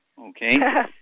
Okay